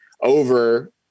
over